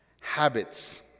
habits